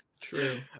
True